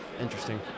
interesting